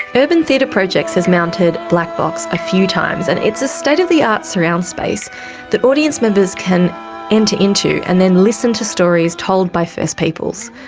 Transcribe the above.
urban theatre projects has mounted blak box a few times and it's a state of the art surround space that audience members can enter into and then listen to stories told by first peoples.